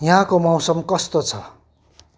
यहाँको मौसम कस्तो छ